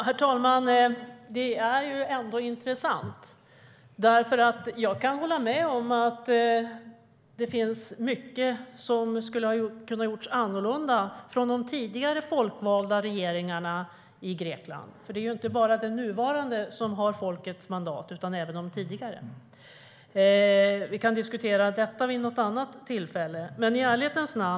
Herr talman! Det är intressant. Jag kan hålla med om att det finns mycket som kunde ha gjorts annorlunda av de tidigare folkvalda regeringarna i Grekland. Det är inte bara den nuvarande regeringen som har folkets mandat utan även tidigare regeringar hade det. Men det kan vi diskutera vid något annat tillfälle.